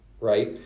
right